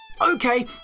Okay